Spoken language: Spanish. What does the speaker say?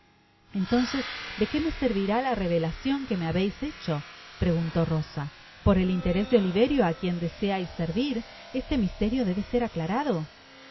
entonces de que me servirá la revelacion que me habeis hecho preguntó rosa por el interés de oliverio á quien deseais servir este misterio debe ser aclarado